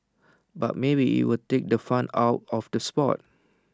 but maybe IT will take the fun out of the Sport